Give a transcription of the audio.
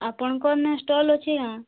ଆପଣଙ୍କର ନେ ଷ୍ଟଲ ଅଛି